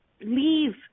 leave